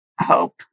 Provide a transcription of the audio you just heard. hope